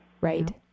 Right